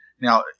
Now